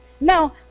Now